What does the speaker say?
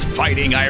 fighting